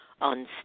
on